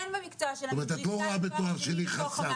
אין במקצוע --- זאת אומרת שאת לא רואה בתואר שני חסם?